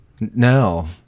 No